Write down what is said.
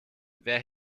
wer